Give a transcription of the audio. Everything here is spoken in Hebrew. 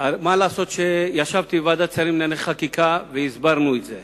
מה לעשות שישבתי בוועדת שרים לענייני חקיקה והסברנו את זה.